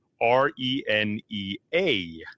R-E-N-E-A